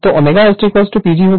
तो ω S T PG इसलिए T PGω S